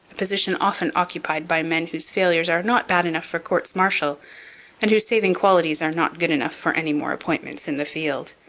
position often occupied by men whose failures are not bad enough for courts-martial and whose saving qualities are not good enough for any more appointments in the field.